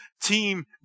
team